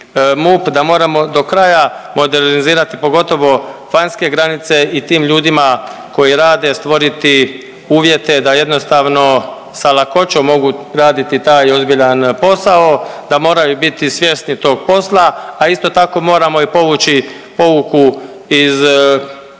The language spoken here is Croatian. da moramo do kraja modernizirati, pogotovo vanjske granice i tim ljudima koji rade stvoriti uvjete da jednostavno sa lakoćom mogu raditi taj ozbiljan posao, da moraju biti svjesni tog posla, a isto tako moramo i povući pouku iz